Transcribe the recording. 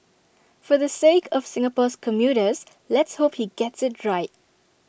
for the sake of Singapore's commuters let's hope he gets IT right